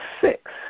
six